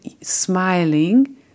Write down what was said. smiling